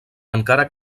encara